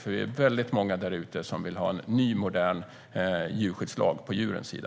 Det är väldigt många som vill ha en ny modern djurskyddslag som står på djurens sida.